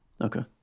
Okay